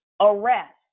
arrest